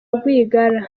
rwigara